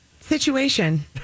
situation